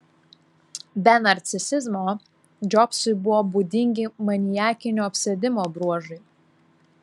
be narcisizmo džobsui buvo būdingi maniakinio apsėdimo bruožai